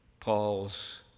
Paul's